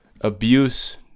abuse